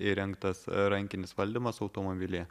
įrengtas rankinis valdymas automobilyje